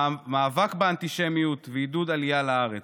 מאבק באנטישמיות ועידוד עלייה לארץ.